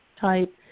type